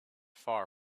far